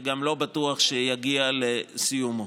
וגם לא בטוח שיגיע לסיומו.